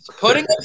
Putting